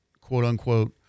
quote-unquote